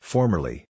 Formerly